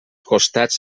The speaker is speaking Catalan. costats